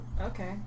Okay